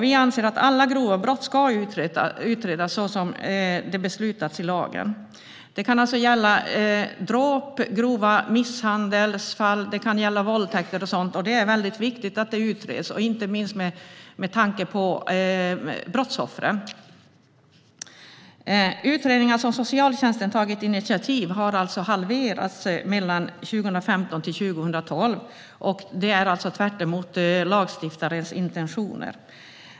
Vi anser att alla grova brott ska utredas, så som är beslutat i lagen. Det kan alltså gälla dråp, grov misshandel, våldtäkter och sådant, och det är väldigt viktigt att det utreds - inte minst med tanke på brottsoffren. Utredningar som socialtjänsten har tagit initiativ till har halverats mellan 2005 och 2012, vilket är tvärtemot lagstiftarens intentioner.